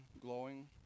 glowing